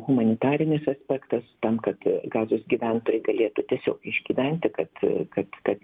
humanitarinis aspektas tam kad gazos gyventojai galėtų tiesiog išgyventi kad kad kad